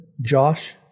Josh